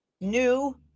New